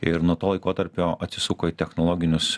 ir nuo to laikotarpio atsisuko į technologinius